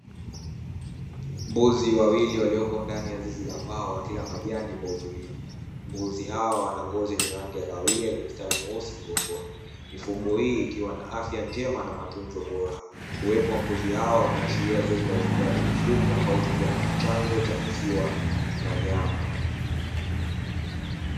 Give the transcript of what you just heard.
Mbuzi wawili walioko ndani ya zizi la mbao wakila majani kwa utulivu, mbuzi hawa wanangozi zenye rangi ya kahawia yenye mstari mweusi mgongoni. Mifugo hii ikiwa na afya njema na matunzo bora, uwepo wa mbuzi hawa unaashiria zoezi la ufugaji wa mifugo ambao hutumika kama chanzo cha maziwa na nyama.